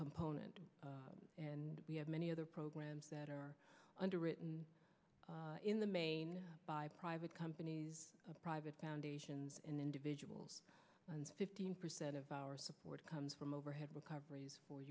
component and we have many other programs that are underwritten in the main by private companies private foundations and individuals fifteen percent of our support comes from overhead recover